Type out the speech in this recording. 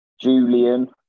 Julian